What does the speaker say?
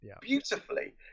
beautifully